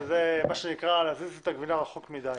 זה מה שנקרא להזיז את הגבינה רחוק מדי.